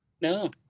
No